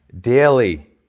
daily